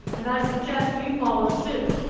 and i suggest you follow suit.